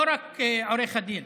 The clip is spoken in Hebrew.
לא רק עורך הדין.